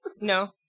No